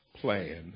plan